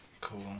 Cool